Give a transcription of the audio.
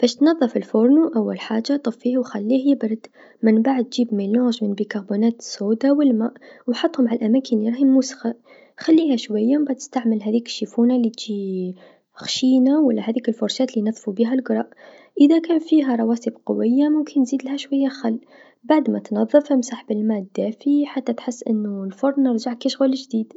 باش تنظف الفرن، أول حاجه طفيه و خليه يبرد، منبعد جيب مزيج من بيكاربونات الصوده و الما و حطهم على الأماكن لراهي موسخه خليها شويا و منبعد استعمل هاذيك الشيفونا لتجي خشينا و لا هاذيك الفرشاة لينظفو بيها القرا، إذا كان فيها رواسب قويه ممكن نزيدلها شويا خل، بعدما تنظف امسح بالما دافي حتى تحس أنو الفرن رجع كشغل جديد.